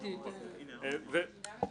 --- בעיניך זה לא רלוונטי, בעינינו זה רלוונטי.